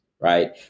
right